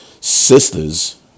sisters